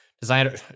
designer